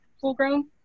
full-grown